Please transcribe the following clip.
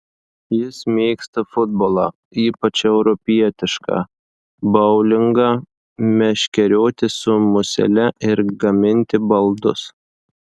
jis mėgsta futbolą ypač europietišką boulingą meškerioti su musele ir gaminti baldus